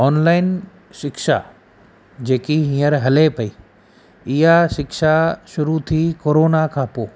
online शिक्षा जेकी हींअर हले पई ईअं शिक्षा शुरू थी कोरोना खां पोइ